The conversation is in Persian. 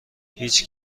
هیچ